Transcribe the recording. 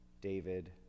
David